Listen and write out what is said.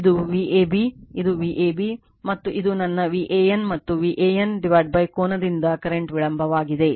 ಇದು Vab ಇದು Vab ಮತ್ತು ಇದು ನನ್ನ VAN ಮತ್ತು VAN ಕೋನದಿಂದ ಕರೆಂಟ್ ವಿಳಂಬವಾಗಿದೆ